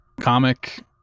comic